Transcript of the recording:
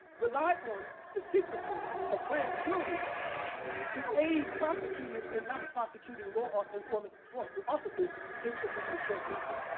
rely on the secrecy of grand juries to aid prosecutors in not prosecuting law enforcement enforcement officers, if and when they kill people.